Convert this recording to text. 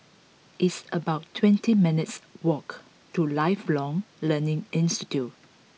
it's about twenty minutes' walk to Lifelong Learning Institute